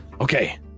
Okay